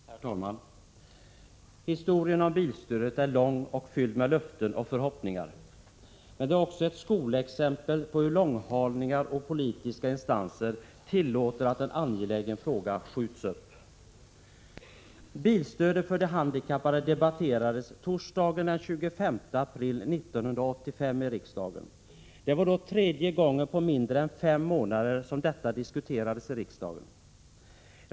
Herr talman! Historien om bilstödet är lång och fylld med löften och förhoppningar. Men den är också ett skolexempel på långhalningar och hur politiska instanser tillåter att en angelägen fråga skjuts upp. Bilstödet för de handikappade debatterades torsdagen den 25 april 1985 i riksdagen. Det var då tredje gången på mindre än fem månader som detta diskuterades i riksdagen.